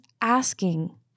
asking